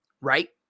right